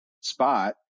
spot